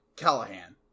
Callahan